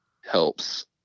helps